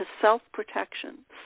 self-protection